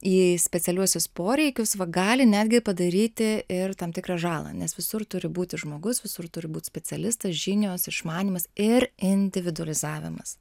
į specialiuosius poreikius va gali netgi padaryti ir tam tikrą žalą nes visur turi būti žmogus visur turi būt specialistas žinios išmanymas ir individualizavimas